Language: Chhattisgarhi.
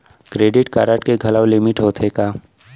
क्रेडिट कारड के घलव लिमिट होथे का?